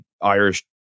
Irish